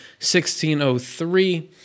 1603